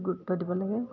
গুৰুত্ব দিব লাগে